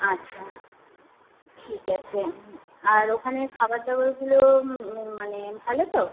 আচ্ছা ঠিক আছে আর ওখানে খাবার দাবারগুলো মানে ভালো তো